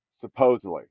supposedly